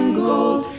gold